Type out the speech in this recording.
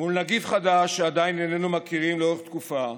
מול נגיף חדש שעדיין איננו מכירים לאורך תקופה,